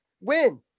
Win